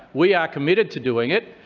we are committed to doing it,